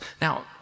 Now